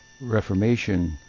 reformation